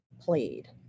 played